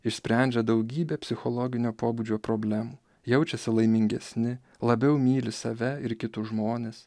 išsprendžia daugybę psichologinio pobūdžio problemų jaučiasi laimingesni labiau myli save ir kitus žmones